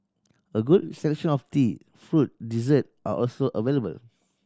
a good selection of tea fruit dessert are also available